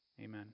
Amen